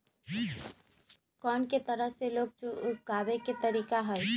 कोन को तरह से लोन चुकावे के तरीका हई?